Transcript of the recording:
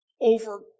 over